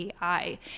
AI